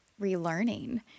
relearning